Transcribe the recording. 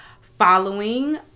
following